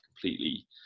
completely